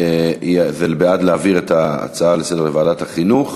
זה בעד להעביר את ההצעה לסדר-היום לוועדת החינוך.